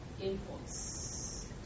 imports